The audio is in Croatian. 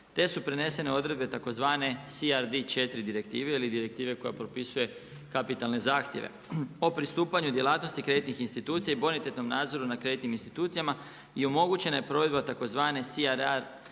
te su prenesene odredbe tzv. CRDIV ili direktive koja propisuje kapitalne zahtjeve. O pristupanju djelatnosti kreditnih institucija i bonitetnom nadzoru nad kreditnim institucijama i omogućena je provedba tzv. CRR